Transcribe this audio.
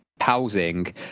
housing